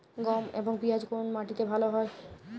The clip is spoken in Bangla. গম এবং পিয়াজ কোন মাটি তে ভালো ফলে?